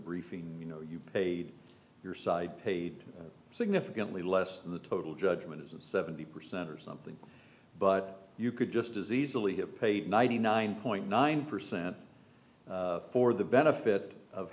briefing you know you paid your side paid significantly less than the total judgment is of seventy percent or something but you could just as easily have paid ninety nine point nine percent for the benefit of